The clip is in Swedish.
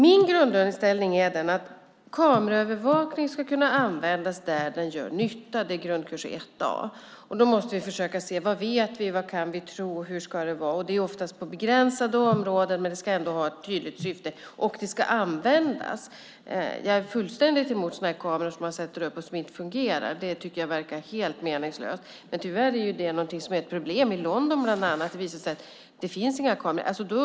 Min grundinställning är att kameraövervakning ska kunna användas där den gör nytta. Det är grundkurs 1 A. Då måste vi försöka se vad vi vet, vad vi kan tro och hur det ska vara. Det handlar oftast om begränsade områden, och det hela ska ha ett tydligt syfte. Övervakningen ska också användas. Jag är fullständigt emot kameror som man sätter upp som inte fungerar; det tycker jag verkar helt meningslöst. Tyvärr är detta ett problem. Bland annat i London har det visat sig att det inte finns några kameror på vissa ställen.